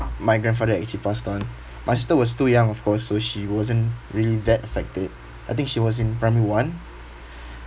my grandfather actually passed on my sister was too young of course so she wasn't really that affected I think she was in primary one